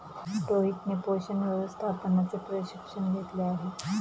रोहितने पोषण व्यवस्थापनाचे प्रशिक्षण घेतले आहे